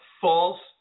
false